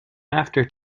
after